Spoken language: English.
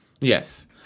yes